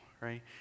right